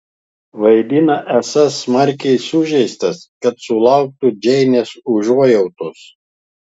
vaidina esąs smarkiai sužeistas kad sulauktų džeinės užuojautos